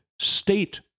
state